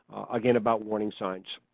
again about warning signs.